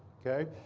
ok?